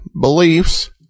beliefs